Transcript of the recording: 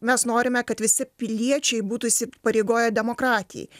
mes norime kad visi piliečiai būtų įsipareigoję demokratijai